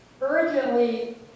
urgently